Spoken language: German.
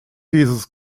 dieses